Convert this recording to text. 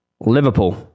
Liverpool